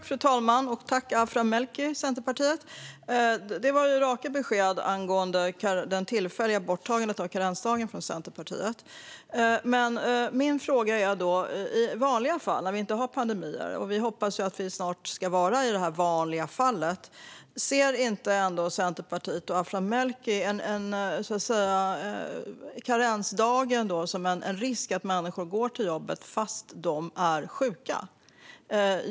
Fru talman! Det var raka besked från Centerpartiet och Aphram Melki angående det tillfälliga borttagandet av karensdagen. I vanliga fall när vi inte har en pandemi - vi hoppas att vi snart ska vara där - ser inte Centerpartiet och Aphram Melki då karensdagen som en risk för att människor går till jobbet trots att de är sjuka?